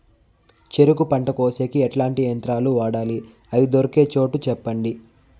చెరుకు పంట కోసేకి ఎట్లాంటి యంత్రాలు వాడాలి? అవి దొరికే చోటు చెప్పండి?